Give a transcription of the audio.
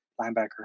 linebacker